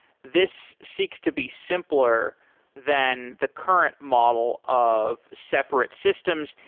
this seeks to be simpler than the current model of separate systems.